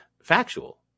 factual